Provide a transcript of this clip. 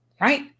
Right